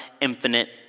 infinite